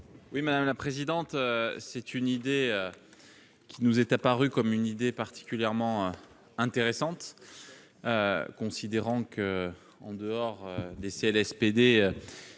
Oui, madame la présidente, c'est une idée qui nous est apparue comme une idée particulièrement intéressante, considérant qu'en dehors des c'est